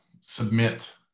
submit